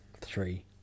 three